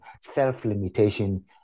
self-limitation